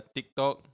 TikTok